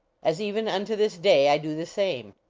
as even unto this day i do the same.